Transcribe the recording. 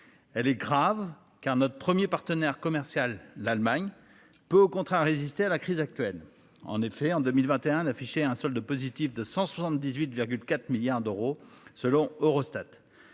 Elle est grave car notre 1er partenaire commercial. L'Allemagne peut au contraire résister à la crise actuelle en effet, en 2021, d'afficher un solde positif de 178,4 milliards d'euros, selon Eurostat.